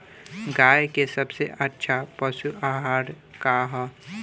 गाय के सबसे अच्छा पशु आहार का ह?